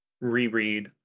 reread